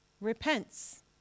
repents